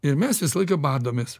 ir mes visąlaik badomės